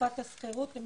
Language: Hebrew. אני